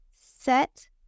set